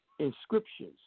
inscriptions